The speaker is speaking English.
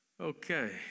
Okay